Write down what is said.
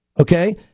Okay